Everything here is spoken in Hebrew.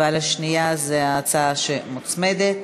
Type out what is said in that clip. והשנייה על ההצעה המוצמדת.